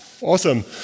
Awesome